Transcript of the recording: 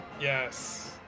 Yes